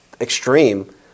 extreme